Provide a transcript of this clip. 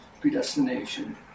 predestination